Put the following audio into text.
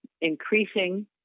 increasing